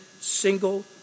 single